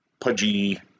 pudgy